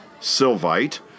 sylvite